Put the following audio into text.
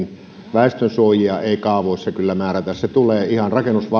väestönsuojia ei kaavoissa kyllä määrätä se tulee ihan